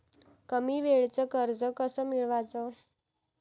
कमी वेळचं कर्ज कस मिळवाचं?